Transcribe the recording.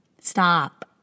Stop